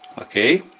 okay